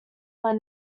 when